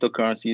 cryptocurrencies